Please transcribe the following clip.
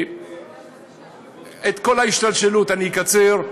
את כל ההשתלשלות אני אקצר.